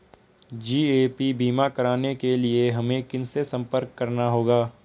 GAP बीमा कराने के लिए हमें किनसे संपर्क करना होगा?